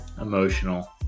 emotional